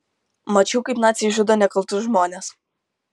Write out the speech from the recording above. mačiau kaip naciai žudo nekaltus žmones